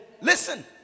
listen